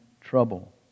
trouble